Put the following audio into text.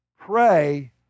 pray